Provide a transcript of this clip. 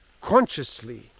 consciously